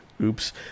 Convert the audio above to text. Oops